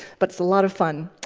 but it's a lot of fun.